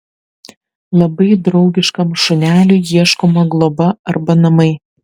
labai draugiškam šuneliui ieškoma globa arba namai